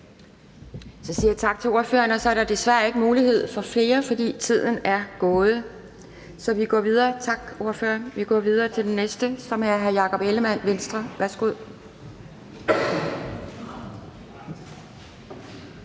Så siger jeg tak til ordføreren, og der er desværre ikke mulighed for flere, for tiden er gået. Vi går videre til den næste, som er hr. Jakob Ellemann-Jensen, Venstre. Værsgo.